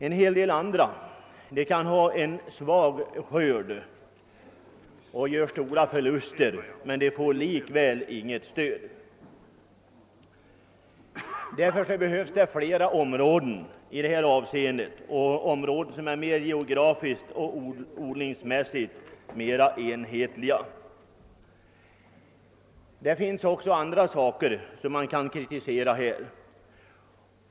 Andra däremot kan ha en svag skörd och göra stora förlus ter men får likväl inget stöd. Det behövs därför flera uppskattningsområden, områden som är geografiskt och odlingsmässigt mer enhetliga. Det finns också annat att kritisera.